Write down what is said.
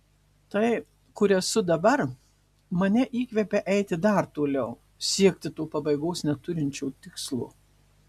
tai kur esu dabar mane įkvepia eiti dar toliau siekti to pabaigos neturinčio tikslo